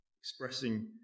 expressing